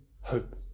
hope